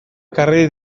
ekarri